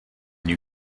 new